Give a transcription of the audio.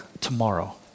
tomorrow